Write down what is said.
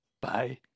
bye